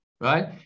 Right